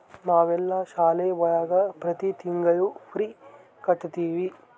ನಾವೆಲ್ಲ ಶಾಲೆ ಒಳಗ ಪ್ರತಿ ತಿಂಗಳು ಫೀ ಕಟ್ಟುತಿವಿ